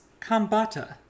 Kambata